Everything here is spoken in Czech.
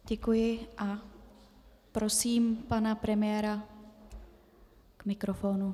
Děkuji a prosím pana premiéra k mikrofonu.